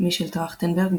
מישל טרכטנברג,